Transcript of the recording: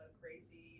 crazy